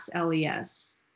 LES